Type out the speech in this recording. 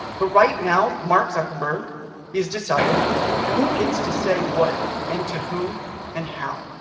but right now, mark zuckerberg is deciding who gets to say what, and to whom and how.